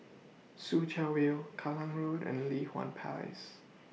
Soo Chow View Kallang Road and Li Hwan Place